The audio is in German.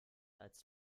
als